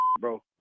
bro